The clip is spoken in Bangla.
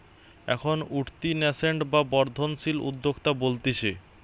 এখন উঠতি ন্যাসেন্ট বা বর্ধনশীল উদ্যোক্তা বলতিছে